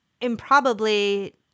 improbably